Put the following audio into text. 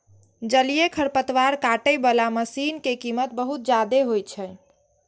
जलीय खरपतवार काटै बला मशीन के कीमत बहुत जादे होइ छै